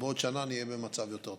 ובעוד שנה נהיה במצב יותר טוב.